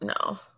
no